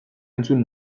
entzun